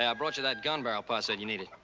yeah brought you that gun barrel pa said you needed.